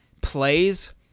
plays